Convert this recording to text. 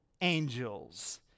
Angels